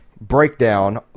breakdown